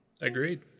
Agreed